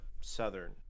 southern